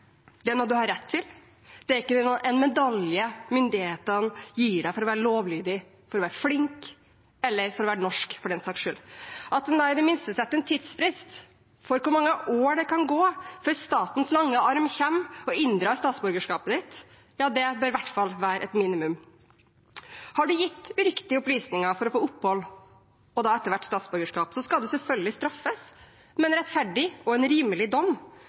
det er noe man har rett til. Det er ikke en medalje myndighetene gir deg for å være lovlydig, for å være flink – eller for å være norsk, for den saks skyld. At en da i det minste setter en tidsfrist for hvor mange år det kan gå før statens lange arm kommer og inndrar statsborgerskapet ditt, bør i hvert fall være et minimum. Har man gitt uriktige opplysninger for å få opphold og etter hvert statsborgerskap, skal man selvfølgelig straffes med en rettferdig og en rimelig dom,